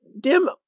Dim